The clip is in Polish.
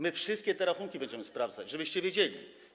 My te wszystkie rachunki będziemy sprawdzać, żebyście wiedzieli.